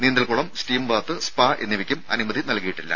നീന്തൽക്കുളം steam bath spa എന്നിവയ്ക്കും അനുമതി നൽകിയിട്ടില്ല